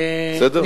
בסדר?